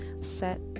Set